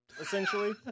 essentially